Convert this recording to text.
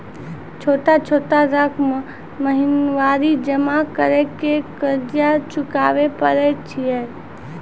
छोटा छोटा रकम महीनवारी जमा करि के कर्जा चुकाबै परए छियै?